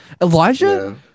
Elijah